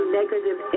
negative